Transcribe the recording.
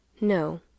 No